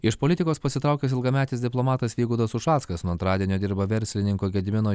iš politikos pasitraukęs ilgametis diplomatas vygaudas ušackas nuo antradienio dirba verslininko gedimino